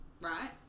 right